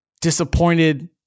disappointed